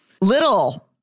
little-